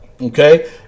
Okay